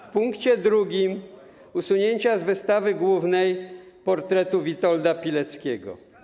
W punkcie drugim - usunięcia z wystawy głównej portretu Witolda Pileckiego.